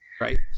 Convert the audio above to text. Right